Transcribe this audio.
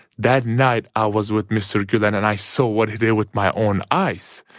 that night i was with mr. gulen and i saw what he did with my own eyes.